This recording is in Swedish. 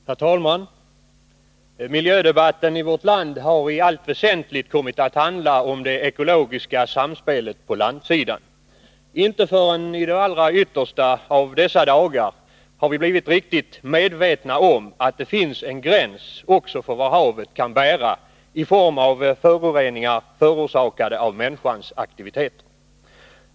Herr talman! Miljödebatten i vårt land har i allt väsentligt kommit att handla om det ekologiska samspelet på landssidan. Inte förrän i de allra yttersta av dessa dagar har vi blivit riktigt medvetna om att det finns en gräns också för vad havet kan bära i form av föroreningar förorsakade av människans aktiviteter.